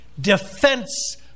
defense